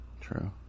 True